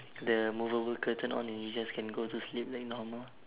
the movable curtain on and you just can go to sleep like normal